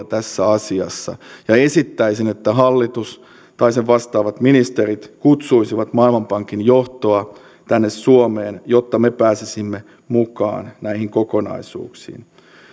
tässä asiassa esittäisin että hallitus tai sen vastaavat ministerit kutsuisivat maailmanpankin johtoa tänne suomeen jotta me pääsisimme mukaan näihin kokonaisuuksiin